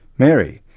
mary,